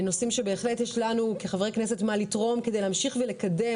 נושאים שבהחלט יש לנו כחברי כנסת מה לתרום על מנת להמשיך ולקדם,